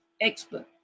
expert